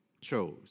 chose